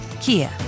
Kia